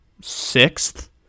sixth